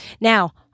Now